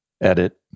edit